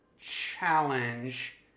challenge